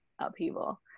upheaval